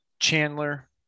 Chandler